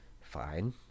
fine